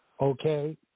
okay